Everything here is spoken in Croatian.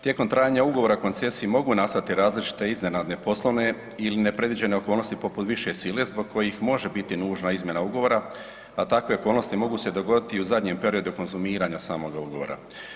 Tijekom trajanja ugovora o koncesiji mogu nastati različite iznenadne poslovne ili nepredviđene okolnosti poput više sile zbog kojih može biti nužna izmjena ugovora, a takve okolnosti mogu se dogoditi i u zadnjem periodu konzumiranja samoga ugovora.